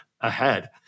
ahead